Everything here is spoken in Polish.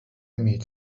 mieć